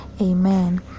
Amen